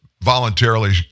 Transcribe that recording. voluntarily